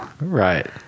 Right